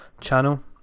channel